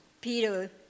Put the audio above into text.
Peter